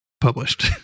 published